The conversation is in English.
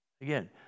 again